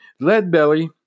Leadbelly